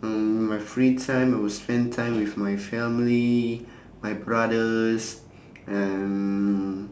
mm my free time I will spend time with my family my brothers and